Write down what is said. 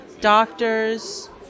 doctors